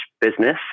business